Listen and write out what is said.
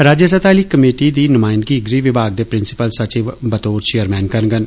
राज्य स्तह आहली कमेटी दी नुमायंदगी गृह विभाग दे प्रिसींपल सचिव बतौर चेयरमैन करंगन